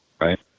Right